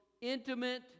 intimate